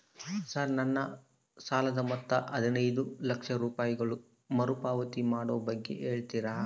Sir ನನ್ನ ಸಾಲದ ಮೊತ್ತ ಹದಿನೈದು ಲಕ್ಷ ರೂಪಾಯಿಗಳು ಮರುಪಾವತಿ ಮಾಡುವ ಬಗ್ಗೆ ಹೇಳ್ತೇರಾ?